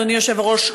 אדוני היושב-ראש,